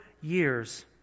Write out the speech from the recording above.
years